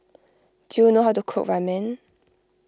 do you know how to cook Ramen